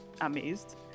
amazed